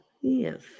Yes